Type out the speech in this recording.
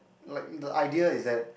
like the idea is that